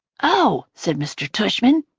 oh! said mr. tushman,